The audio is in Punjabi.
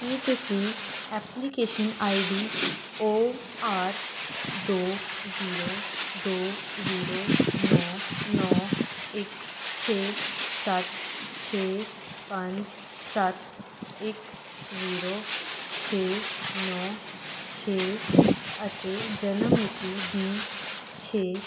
ਕੀ ਤੁਸੀਂ ਐਪਲੀਕੇਸ਼ਨ ਆਈ ਡੀ ਓ ਆਰ ਦੋ ਜ਼ੀਰੋ ਦੋ ਜ਼ੀਰੋ ਨੌ ਨੌ ਇੱਕ ਛੇ ਸੱਤ ਛੇ ਪੰਜ ਸੱਤ ਇੱਕ ਜ਼ੀਰੋ ਛੇ ਨੌ ਛੇ ਅਤੇ ਜਨਮ ਮਿਤੀ ਵੀਹ ਛੇ